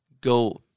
go